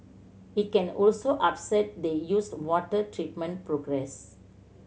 it can also upset the used water treatment progress